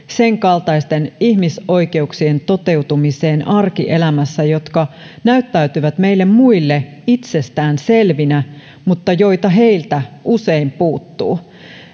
senkaltaisten ihmisoikeuksien toteutumiseen arkielämässä jotka näyttäytyvät meille muille itsestään selvinä mutta joita heiltä usein puuttuu